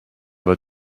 vas